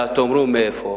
תאמרו: מאיפה?